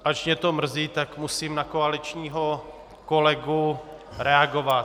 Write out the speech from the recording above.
Ač mě to mrzí, tak musím na koaličního kolegu reagovat.